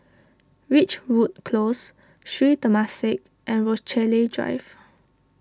Ridgewood Close Sri Temasek and Rochalie Drive